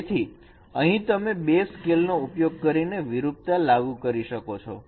તેથી અહીં તમે બે સ્કેલનો ઉપયોગ કરીને વિરૂપતા લાગુ કરો છો